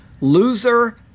Loser